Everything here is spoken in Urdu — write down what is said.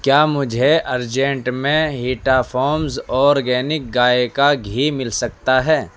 کیا مجھے ارجنٹ میں ہیٹا فارمز اورگینک گائے کا گھی مل سکتا ہے